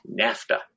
NAFTA